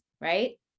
right